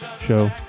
show